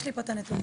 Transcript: אז אני שואל שנייה.